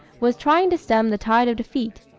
was trying to stem the tide of defeat.